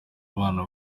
abana